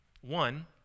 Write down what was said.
one